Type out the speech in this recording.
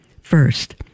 First